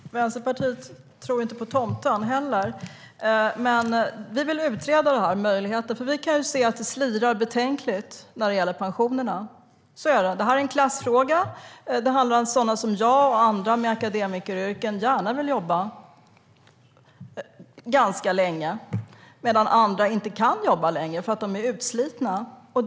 Herr talman! Vänsterpartiet tror inte på tomten heller. Men vi vill utreda denna möjlighet, för vi kan se att det slirar betänkligt när det gäller pensionerna. Detta är en klassfråga. Det handlar om sådana som jag och andra med akademikeryrken som gärna vill jobba ganska länge medan andra inte kan jobba längre därför att de är utslitna.